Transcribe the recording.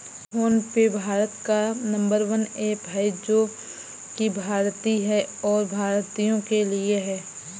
phone पे भारत का number one app है जो की भारतीय है और भारतीयों के लिए है